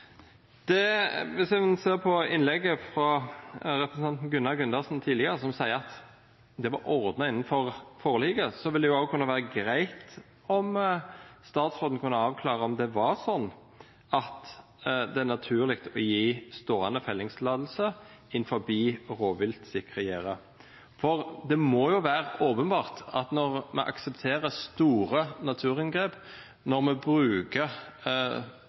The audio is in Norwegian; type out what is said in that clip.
Hvis en ser på innlegget fra representanten Gunnar Gundersen tidligere, der han sa at det var ordnet innenfor forliket, kunne det være greit om statsråden også kunne avklare om det var slik, at det er naturlig å gi stående fellingstillatelse innenfor rovviltsikre gjerder. Det må være åpenbart at når vi aksepterer store naturinngrep, når vi bruker